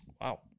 Wow